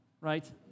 right